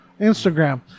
instagram